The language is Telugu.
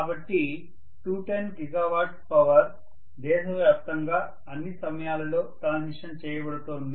కాబట్టి 210 GW పవర్ దేశవ్యాప్తంగా అన్ని సమయాలలో ట్రాన్స్మిషన్ చేయబడుతోంది